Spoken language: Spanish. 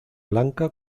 blanca